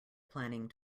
planning